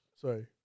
Sorry